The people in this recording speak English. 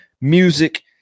music